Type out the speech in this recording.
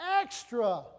extra